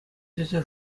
тесе